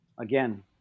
Again